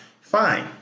Fine